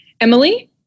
emily